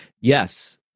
Yes